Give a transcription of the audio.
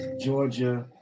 Georgia